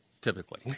typically